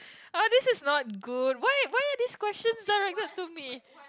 this is not good why why are these questions directed to me